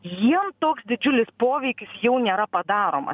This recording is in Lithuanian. jiem toks didžiulis poveikis jau nėra padaroma